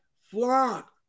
flock